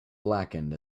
blackened